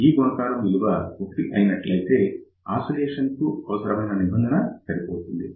ఈ గుణకారము విలువ 1 అయినట్లయితే ఆసిలేషన్ కు అవసరమైన నిబంధన సరిపోతుంది